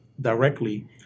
directly